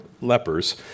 lepers